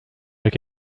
look